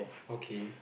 okay